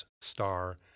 star